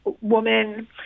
woman